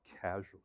casually